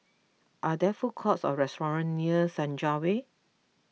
are there food courts or restaurants near Senja Way